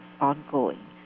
ongoing